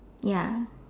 ya